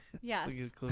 Yes